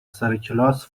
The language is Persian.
سرکلاس